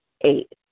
Eight